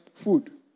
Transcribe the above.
food